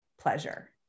pleasure